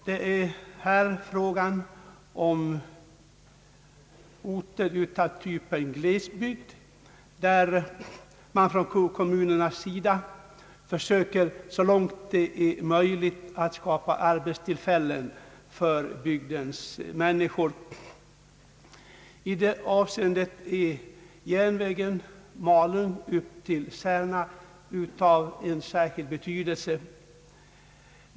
Det är här frågan om orter i en typisk glesbygd, där kommunerna försöker att så långt möjligt skapa arbetstillfällen för människorna. I det avseendet är järnvägen Malung—Särna av särskilt stor betydelse.